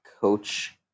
coach